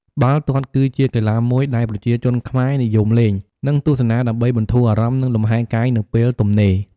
បាល់ទាត់ គឺជាកីឡាមួយដែលប្រជាជនខ្មែរនិយមលេង និងទស្សនាដើម្បីបន្ធូរអារម្មណ៍ និងលំហែរកាយនៅពេលទំនេរ។